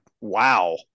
Wow